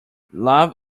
love